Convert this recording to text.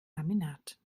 laminat